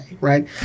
Right